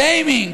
שיימינג.